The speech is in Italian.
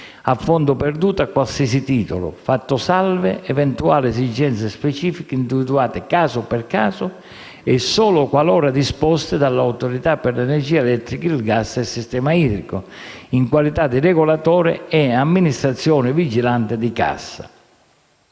a fondo perduto a qualsiasi titolo, fatte salve eventuali esigenze specifiche individuate caso per caso e solo qualora disposte dall'Autorità per l'energia elettrica, il gas e il sistema idrico) in qualità di regolatore e amministrazione vigilante di Cassa.